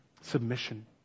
submission